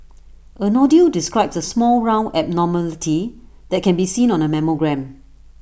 A nodule describes A small round abnormality that can be seen on A mammogram